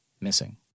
missing